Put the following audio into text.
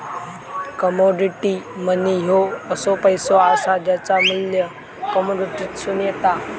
commodity money ह्यो असो पैसो असा ज्याचा मू्ल्य कमोडिटीतसून येता